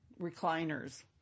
recliners